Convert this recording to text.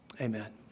Amen